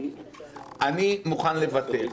אני מוכן לבטל.